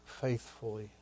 faithfully